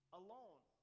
alone